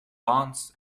ponds